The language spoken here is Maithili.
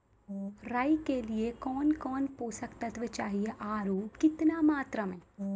राई के लिए कौन कौन पोसक तत्व चाहिए आरु केतना मात्रा मे?